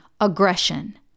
aggression